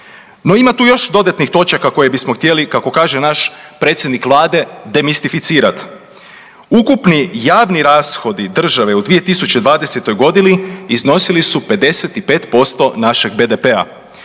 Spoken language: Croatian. No ima tu još dodatnih točaka koje bismo htjeli, kako kaže naš predsjednik Vlade, demistificirat. Ukupni javni rashodi države u 2020. godini iznosili su 55% našeg BDP-a.